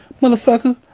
Motherfucker